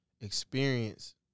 experience